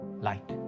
light